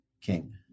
king